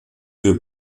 für